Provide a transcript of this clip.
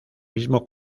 mismo